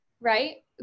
right